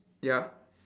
ya